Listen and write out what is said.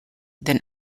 than